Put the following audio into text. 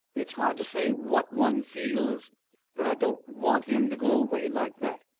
it's hard to say what one feels but i don't want him to go away like that.